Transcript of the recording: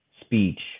speech